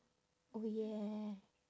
oh yeah